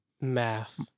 math